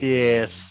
yes